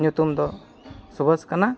ᱧᱩᱛᱩᱢ ᱫᱚ ᱥᱩᱵᱷᱟᱥ ᱠᱟᱱᱟ